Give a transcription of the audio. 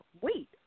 wait